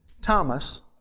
Thomas